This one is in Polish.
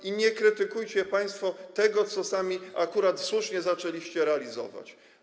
I nie krytykujcie państwo tego, co sami akurat słusznie zaczęliście realizować.